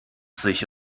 sich